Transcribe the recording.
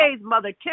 Mother